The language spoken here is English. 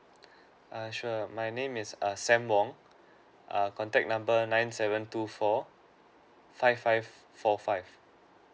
err sure my name is err sam wong err contact number nine seven two four five five four five